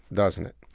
doesn't it?